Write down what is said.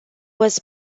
was